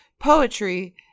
Poetry